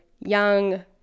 Young